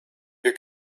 ihr